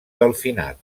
delfinat